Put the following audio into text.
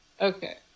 Okay